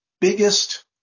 biggest